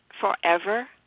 forever